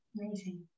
amazing